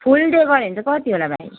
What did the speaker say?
फुल day गर्यो भने चाहिँ कति होला भाइ